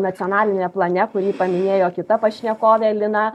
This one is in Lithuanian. nacionaliniam plane kurį paminėjo kita pašnekovė lina